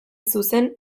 zuzen